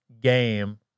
game